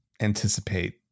anticipate